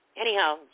Anyhow